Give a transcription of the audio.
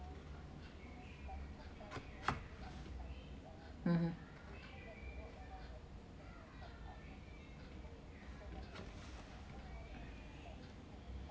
mmhmm